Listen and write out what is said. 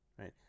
right